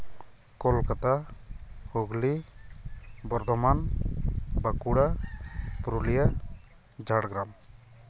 Kolkata Hooghly Bardhaman Bankura Purulia Jhargram